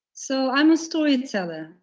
so i'm a storyteller.